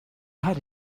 had